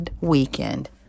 weekend